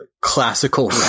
classical